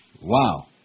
Wow